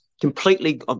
Completely